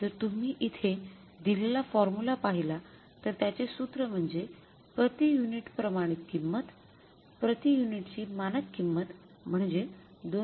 जर तुम्ही इथे दिलेला फॉर्म्युला पाहिला तर त्याचे सूत्र म्हणजे प्रति युनिट प्रमाणित किंमत प्रति युनिटची मानक किंमत म्हणजे २